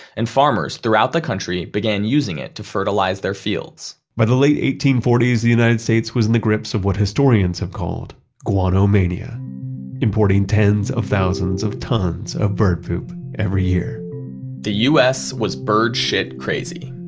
and farmers throughout the country began using it to fertilize their fields by the late eighteen forty s, the united states was in the grips of what historians have called guano mania importing tens of thousands of tons of bird poop every year the us was bird shit crazy,